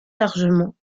largement